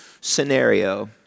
scenario